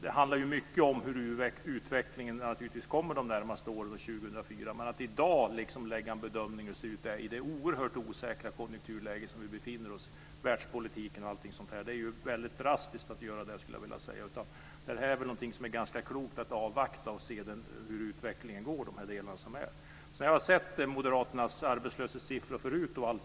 Det handlar naturligtvis mycket om utvecklingen de närmaste åren, men att i dag, i det oerhört osäkra världspolitiska läget, bedöma hur det kommer att se ut är väldigt drastiskt. Det är väl ganska klokt att avvakta och se hur utvecklingen blir i de här delarna. Jag har sett Moderaternas arbetslöshetssiffror förut.